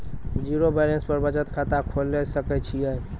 Zero balance पर बचत खाता खोले सकय छियै?